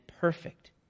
perfect